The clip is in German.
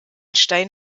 stein